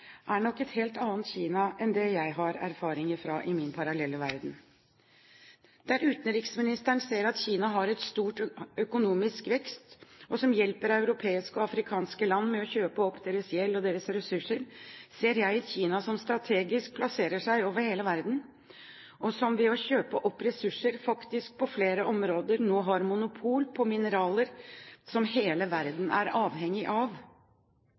er nok et helt annet Kina enn det jeg har erfaringer fra i min parallelle verden. Der utenriksministeren ser et Kina som har stor økonomisk vekst, og som hjelper europeiske og afrikanske land med å kjøpe opp deres gjeld og deres ressurser, ser jeg et Kina som strategisk plasserer seg over hele verden, og som ved å kjøpe opp ressurser faktisk på flere områder nå har monopol på mineraler som hele verden er avhengig av,